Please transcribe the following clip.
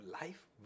life